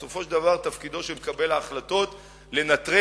בסופו של דבר תפקידו של מקבל ההחלטות הוא לנטרל